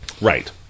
Right